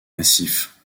massif